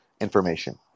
information